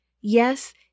Yes